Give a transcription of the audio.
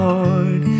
Lord